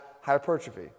hypertrophy